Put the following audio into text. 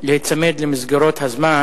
להיצמד למסגרות הזמן.